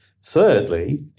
Thirdly